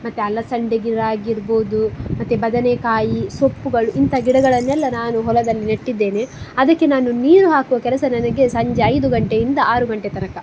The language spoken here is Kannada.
ಮತ್ತು ಅಲಸಂಡೆ ಗಿಡ ಆಗಿರ್ಬೋದು ಮತ್ತು ಬದನೆಕಾಯಿ ಸೊಪ್ಪುಗಳು ಇಂಥ ಗಿಡಗಳನ್ನೆಲ್ಲ ನಾನು ಹೊಲದಲ್ಲಿ ನೆಟ್ಟಿದ್ದೇನೆ ಅದಕ್ಕೆ ನಾನು ನೀರು ಹಾಕುವ ಕೆಲಸ ನನಗೆ ಸಂಜೆ ಐದು ಗಂಟೆಯಿಂದ ಆರು ಗಂಟೆ ತನಕ